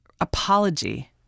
Apology